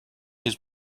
his